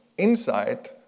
inside